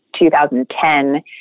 2010